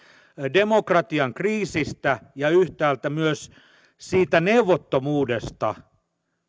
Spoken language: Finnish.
demokratian kriisistä ja yhtäältä myös siitä neuvottomuudesta